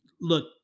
look